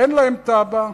אין להם תב"ע,